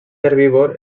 herbívor